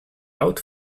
out